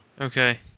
Okay